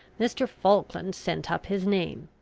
mr. falkland sent up his name.